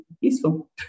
useful